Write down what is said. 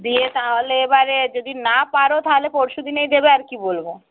দিয়ে তাহলে এবারে যদি না পারো তাহলে পরশু দিনেই দেবে আর কি বলবো